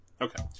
Okay